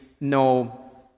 no